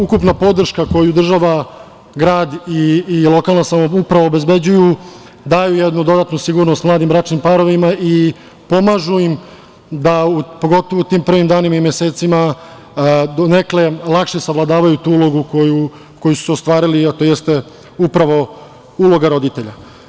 Ukupna podrška koju država, grad i lokalna samouprava obezbeđuju daju jednu dodatnu sigurnost bračnim parovima i pomažu im da, pogotovo u tim prvim danima i mesecima, donekle lakše savladavaju tu ulogu koju su ostvarili, a to jeste upravo uloga roditelja.